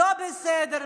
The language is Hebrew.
לא בסדר,